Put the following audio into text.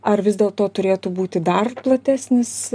ar vis dėlto turėtų būti dar platesnis